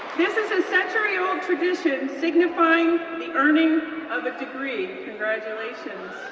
this is a century-old tradition signifying the earning of a degree, congratulations.